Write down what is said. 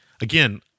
Again